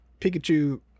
Pikachu